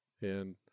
and-